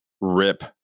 rip